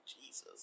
Jesus